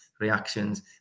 Reactions